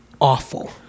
awful